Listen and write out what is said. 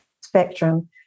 spectrum